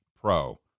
pro